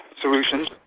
Solutions